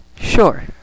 Sure